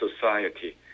society